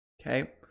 Okay